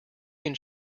can